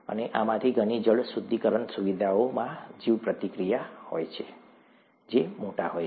અને આમાંની ઘણી જળ શુદ્ધિકરણ સુવિધાઓમાં જીવપ્રતિક્રિયા હોય છે જે મોટા હોય છે